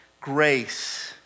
Grace